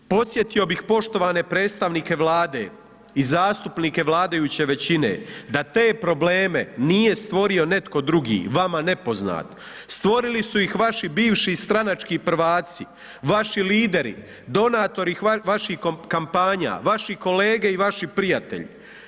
Podsjetio bih poštovane predstavnike Vlade i zastupnike vladajuće većine da te probleme nije stvorio netko drugi vama nepoznat, stvorili su ih vaš bivši i stranački prvaci, vaši lideri, donatori vaših kampanja, vaši kolege i vaši prijatelji.